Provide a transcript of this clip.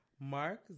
Mark